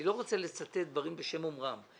אני לא רוצה לצטט דברים בשם אומרם,